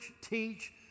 teach